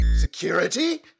Security